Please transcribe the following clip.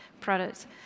products